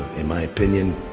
in my opinion,